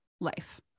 life